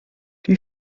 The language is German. die